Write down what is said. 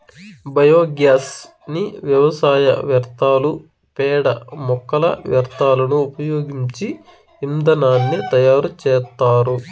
biogas ని వ్యవసాయ వ్యర్థాలు, పేడ, మొక్కల వ్యర్థాలను ఉపయోగించి ఇంధనాన్ని తయారు చేత్తారు